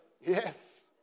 Yes